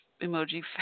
emoji